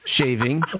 Shaving